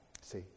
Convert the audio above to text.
See